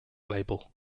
label